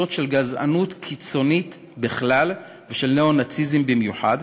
של גזענות קיצונית בכלל ושל ניאו-נאציזם במיוחד,